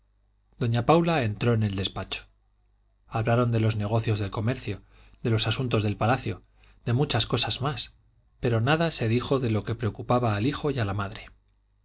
doña paula entró en el despacho hablaron de los negocios del comercio de los asuntos de palacio de muchas cosas más pero nada se dijo de lo que preocupaba al hijo y a la madre